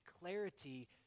clarity